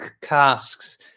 casks